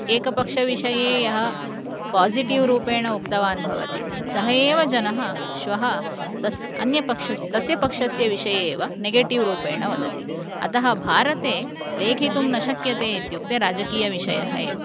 एकपक्षविषये यः पासिटिव् रूपेण उक्तवान् भवति सः एव जनः श्वः तस् अन्य पक्षस्य तस्य पक्षस्य विषये एव नेगेटिव् रूपेण वदति अतः भारते लेखितुं न शक्यते इत्युक्ते राजकीयविषयः एव